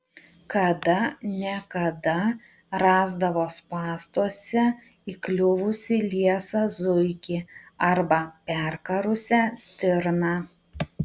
kada ne kada rasdavo spąstuose įkliuvusį liesą zuikį arba perkarusią stirną